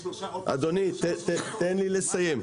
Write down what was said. --- אדוני, תן לי לסיים.